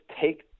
take